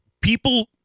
people